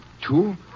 two